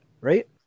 right